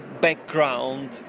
background